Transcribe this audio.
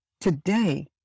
Today